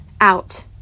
out